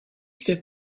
fait